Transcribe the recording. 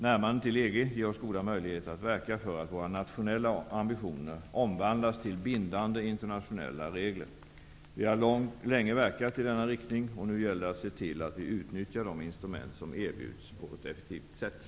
Närmandet till EG ger oss goda möjligheter att verka för att våra nationella ambitioner omvandlas till bindande internationella regler. Vi har länge verkat i denna riktning. Nu gäller det att se till att vi på ett effektivt sätt utnyttjar de instrument som erbjuds.